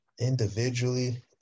Individually